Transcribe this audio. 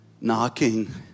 knocking